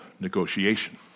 negotiation